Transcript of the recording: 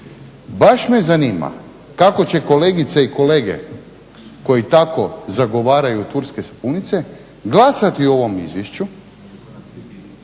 Baš me zanima kako će kolegice i kolege koji tako zagovaraju turske sapunice glasati o ovom izvješću,